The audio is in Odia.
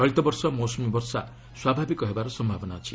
ଚଳିତ ବର୍ଷ ମୌସ୍ବମୀ ବର୍ଷା ସ୍ୱାଭାବିକ ହେବାର ସମ୍ଭବନା ଅଛି